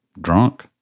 drunk